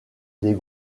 des